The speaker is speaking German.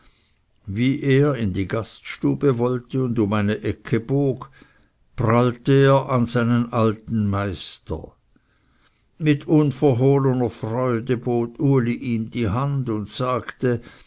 wie er in die gaststube wollte und um eine ecke bog prallte er an seinen alten meister mit unverhohlener freude bot uli ihm die hand und sagte